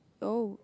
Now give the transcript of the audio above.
oh